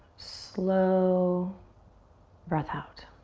slow breath out.